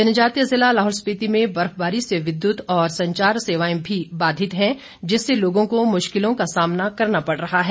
जनजातीय ज़िला लाहौल स्पिति में बर्फबारी से विद्युत और संचार सेवाएं भी बाधित हैं जिससे लोगों को मुश्किलों का सामना करना पड़ रहा है